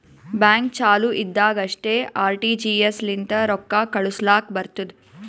bank ಚಾಲು ಇದ್ದಾಗ್ ಅಷ್ಟೇ ಆರ್.ಟಿ.ಜಿ.ಎಸ್ ಲಿಂತ ರೊಕ್ಕಾ ಕಳುಸ್ಲಾಕ್ ಬರ್ತುದ್